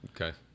Okay